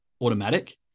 automatic